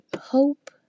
hope